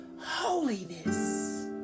holiness